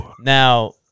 now